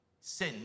sin